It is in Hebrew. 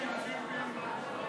4),